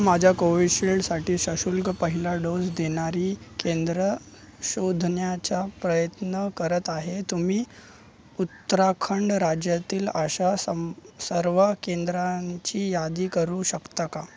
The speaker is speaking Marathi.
माझ्या कोविशिल्डसाठी सशुल्क पहिला डोस देणारी केंद्र शोधण्याचा प्रयत्न करत आहे तुम्ही उत्तराखंड राज्यातील अशा सं सर्व केंद्रांची यादी करू शकता का